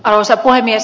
arvoisa puhemies